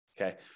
Okay